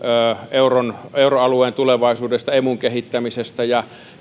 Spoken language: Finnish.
euroalueen tulevaisuudesta emun kehittämisestä ja